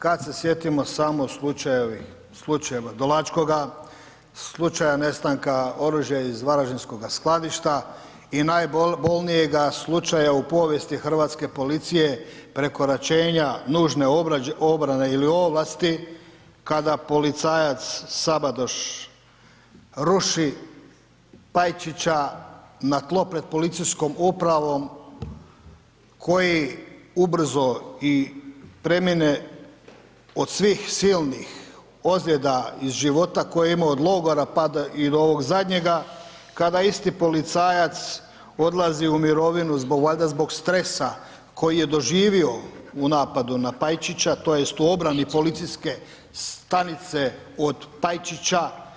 Kad se sjetimo samo slučajeva Dolačkoga, slučaja nestanka oružja iz varaždinskoga skladišta i najbolnijega slučaja u povijesti hrvatske policije, prekoračenja nužne obrane ili ovlasti kada policajac Sabadoš ruši Pajčića na tlo pred policijskom upravom koji ubrzo i premine od svih silnih ozljeda iz života koje je imao od logora, pa do i ovoga zadnjega, kada isti policajac odlazi u mirovinu zbog, valjda zbog stresa koji je doživio u napadu na Pajčića tj. u obrani policijske stanice od Pajčića.